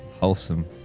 Wholesome